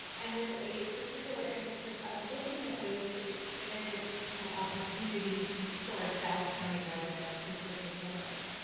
and with a particular emphasis of looking at ways to expand educational opportunity to our south county residents in particular.